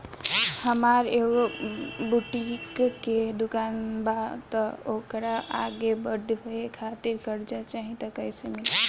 हमार एगो बुटीक के दुकानबा त ओकरा आगे बढ़वे खातिर कर्जा चाहि त कइसे मिली?